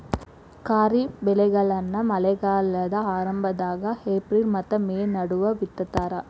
ಖಾರಿಫ್ ಬೆಳೆಗಳನ್ನ ಮಳೆಗಾಲದ ಆರಂಭದಾಗ ಏಪ್ರಿಲ್ ಮತ್ತ ಮೇ ನಡುವ ಬಿತ್ತತಾರ